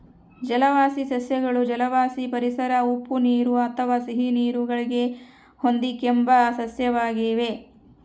ಜಲವಾಸಿ ಸಸ್ಯಗಳು ಜಲವಾಸಿ ಪರಿಸರ ಉಪ್ಪುನೀರು ಅಥವಾ ಸಿಹಿನೀರು ಗಳಿಗೆ ಹೊಂದಿಕೆಂಬ ಸಸ್ಯವಾಗಿವೆ